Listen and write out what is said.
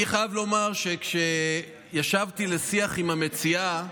אני חייב לומר שכשישבתי לשיח עם המציעה,